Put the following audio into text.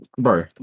bro